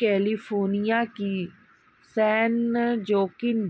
California की San Joaquin